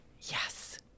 Yes